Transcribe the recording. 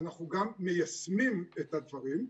אנחנו גם מיישמים את הדברים.